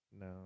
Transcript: No